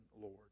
Lord